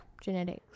Genetics